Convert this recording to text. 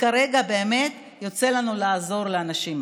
וכרגע באמת יוצא לנו לעזור לאנשים האלה.